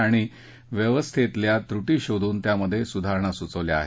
आणि व्यवस्थेतल्या त्रुटी शोधून त्यात सुधारणा सुचवल्या आहेत